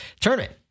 Tournament